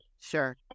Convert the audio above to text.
sure